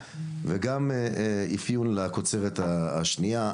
וגם אפיון לקוצרת השנייה,